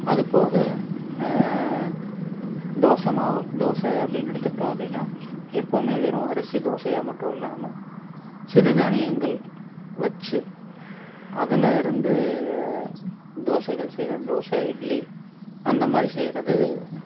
அதுபோக தோசை மாவு தோசை அப்படீன்னு எடுத்துக்கிட்டோம் அப்படீன்னா எப்போதுமே வெறும் அரிசி தோசையாக மட்டும் இல்லாமல் சிறுதானியங்கள் வச்சு அதிலிருந்து தோசைகள் செய்வது தோசை இட்லி அந்தமாதிரி செய்வது